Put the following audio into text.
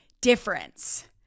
difference